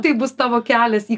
tai bus tavo kelias į